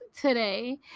today